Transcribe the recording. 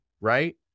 right